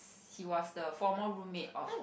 he was the former roommate of